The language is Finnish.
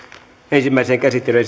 ensimmäiseen käsittelyyn